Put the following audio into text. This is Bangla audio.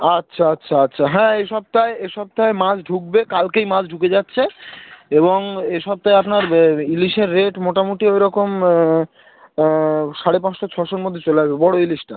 আচ্ছা আচ্ছা আচ্ছা হ্যাঁ এ সপ্তাহে এ সপ্তাহে মাছ ঢুকবে কালকেই মাছ ঢুকে যাচ্ছে এবং এ সপ্তাহে আপনার ইলিশের রেট মোটামুটি ওইরকম সাড়ে পাঁচশো ছশোর মধ্যে চলে আসবে বড় ইলিশটা